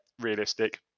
realistic